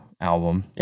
album